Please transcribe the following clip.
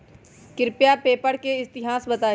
कृपया पेपर के इतिहास बताहीं